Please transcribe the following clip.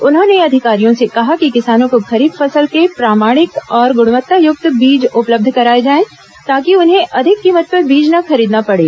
उन्होंने अधिकारियों से कहा कि किसानों को खरीफ फसलों के प्रमाणिक और गुणवत्तायुक्त बीज उपलब्ध कराए जाए ताकि उन्हें अधिक कीमत पर बीज न खरीदना पड़े